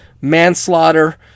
Manslaughter